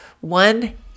one